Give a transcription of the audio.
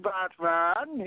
Batman